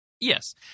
Yes